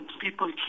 people